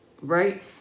Right